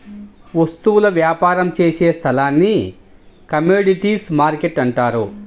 వస్తువుల వ్యాపారం చేసే స్థలాన్ని కమోడీటీస్ మార్కెట్టు అంటారు